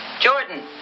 Jordan